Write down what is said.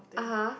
(uh huh)